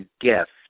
gift